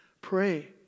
Pray